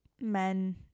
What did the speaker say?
men